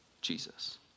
Jesus